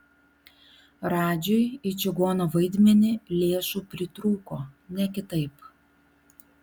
radžiui į čigono vaidmenį lėšų pritrūko ne kitaip